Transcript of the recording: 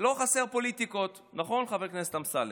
לא חסר פוליטיקות, נכון, חבר הכנסת אמסלם?